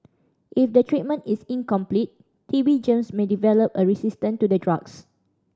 if the treatment is incomplete T B germs may develop a resistance to the drugs